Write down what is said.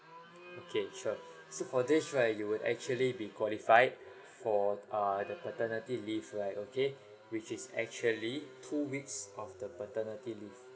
okay sure so for this right you would actually be qualified for err the paternity leave right okay which is actually two weeks of the paternity leave